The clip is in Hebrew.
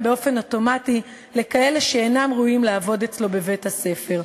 באופן אוטומטי לכאלה שאינם ראויים לעבוד אצלו בבית-הספר.